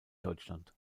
deutschland